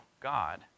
God